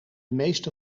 meeste